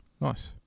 Nice